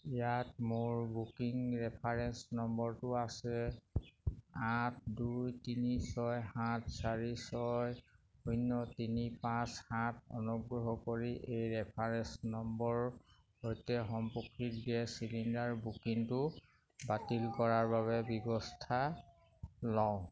ইয়াত মোৰ booking reference নম্বৰটো আছে আঠ দুই তিনি ছয় সাত চাৰি ছয় শূন্য তিনি পাঁচ সাত অনুগ্ৰহ কৰি এই ৰেফাৰেঞ্চ নম্বৰৰ সৈতে সম্পৰ্কিত গেছ চিলিণ্ডাৰ বুকিংটো বাতিল কৰাৰ বাবে ব্যৱস্থা লওক